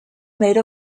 made